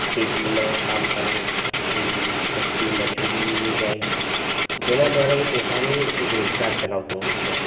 ખેતીમાં કામ કરે કોઈ વ્યક્તિ મજૂરીએ જાય જેના દ્વારા એ પોતાનું રોજગાર ચલાવતો હોય છે